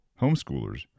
Homeschoolers